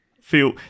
feel